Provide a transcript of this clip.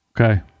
Okay